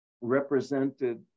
represented